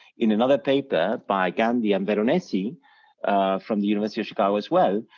in another paper by gandhi and veronesi from the university of chicago as well,